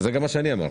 מה שגם אני אמרתי.